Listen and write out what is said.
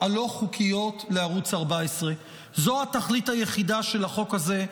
הלא-חוקיות לערוץ 14". זו התכלית היחידה של החוק הזה.